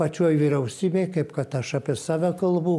pačioj vyriausybėj kaip kad aš apie save kalbu